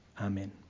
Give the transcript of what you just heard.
Amen